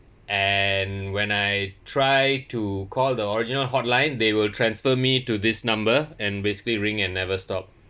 and when I try to call the original hotline they will transfer me to this number and basically ring and never stop